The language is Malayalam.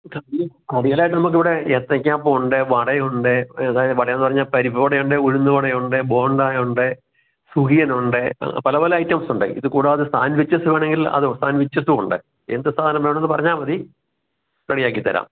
കടി കടികളായിട്ട് നമുക്കിവിടെ ഏത്തയ്ക്ക അപ്പമുണ്ട് വടയുണ്ട് അതായത് വട എന്നു പറഞ്ഞാൽ പരിപ്പുവടയുണ്ട് ഉഴുന്നുവടയുണ്ട് ബോണ്ടയുണ്ട് സുഖിയനുണ്ട് പല പല ഐറ്റംസുണ്ട് ഇതുകൂടാതെ സാൻവിച്ചസ് വേണമെങ്കിൽ അതും സാൻ്റ്വിച്ചസും ഉണ്ട് എന്തു സാധനം വേണമെന്ന് പറഞ്ഞാൽമതി റെഡിയാക്കിത്തരാം